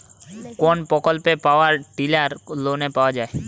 কোন প্রকল্পে power tiller লোনে পাওয়া য়ায়?